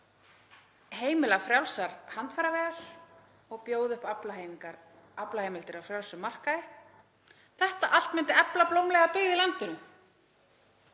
heimila frjálsar handfæraveiðar og bjóða upp aflaheimildir á frjálsum markaði. Þetta allt myndi efla blómlega byggð í landinu.